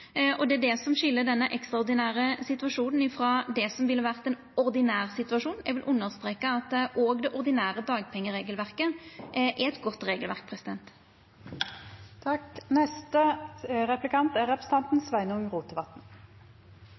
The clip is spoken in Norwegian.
Det er det som skil denne ekstraordinære situasjonen frå det som ville ha vore ein ordinær situasjon. Eg vil understreka at òg det ordinære dagpengeregelverket er eit godt regelverk. I ei replikkveksling her for ein månads tid sidan vart statsråd Tajik utfordra av representanten